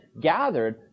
gathered